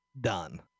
done